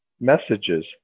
messages